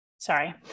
sorry